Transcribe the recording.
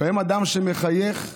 לפעמים אדם שמחייך לחברו,